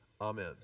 amen